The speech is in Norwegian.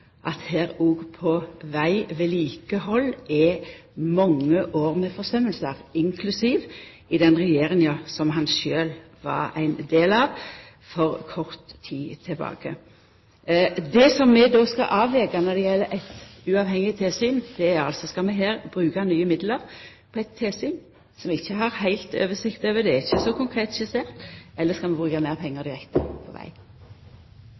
den regjeringa han sjølv var ein del av for kort tid tilbake. Det vi skal avklara når det gjeld eit uavhengig tilsyn, er om vi her skal bruka nye midlar på eit tilsyn som vi ikkje har heilt oversikt over – det er ikkje så konkret skissert – eller om vi skal bruka meir pengar direkte på veg.